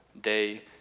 day